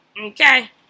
Okay